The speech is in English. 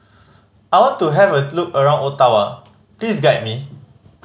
I want to have a look around Ottawa please guide me